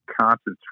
concentrate